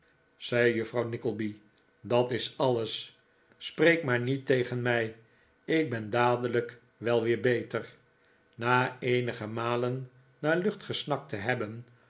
zei juffrouw nickleby dat is alles spreek maar niet tegen mij ik ben dadelijk wel weer beter na eenige malen naar lucht gesnakt te hebben